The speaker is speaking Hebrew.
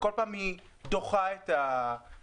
וכל פעם היא דוחה את השנה,